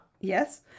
yes